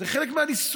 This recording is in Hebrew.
זה חלק מהניסוח,